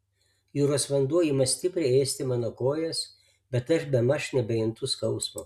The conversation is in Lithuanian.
jūros vanduo ima stipriai ėsti mano kojas bet aš bemaž nebejuntu skausmo